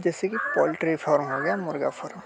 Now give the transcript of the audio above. जैसे कि poultry farm हो गया मुर्ग़ा फ़ोर्म